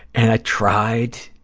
and i tried,